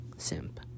simp